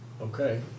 okay